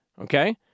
okay